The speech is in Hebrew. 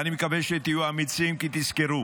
אני מקווה שתהיו אמיצים, כי תזכרו,